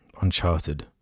Uncharted